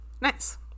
Nice